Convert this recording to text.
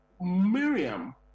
Miriam